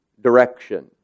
direction